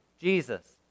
Jesus